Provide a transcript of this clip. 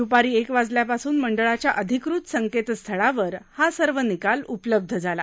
द्पारी एक वाजल्यापासून मंडळाच्या अधिकृत संकेतस्थळांवर हा सर्व निकाल उपलब्ध झाला